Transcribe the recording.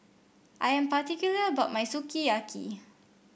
I am particular about my Sukiyaki